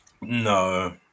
no